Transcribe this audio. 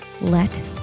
let